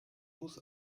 muss